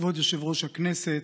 כבוד יושב-ראש הכנסת,